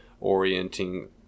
orienting